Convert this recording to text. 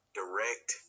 direct